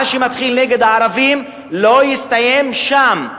מה שמתחיל נגד הערבים, לא יסתיים שם.